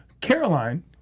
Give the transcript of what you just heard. Caroline